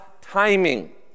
timing